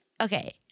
okay